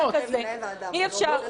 אתה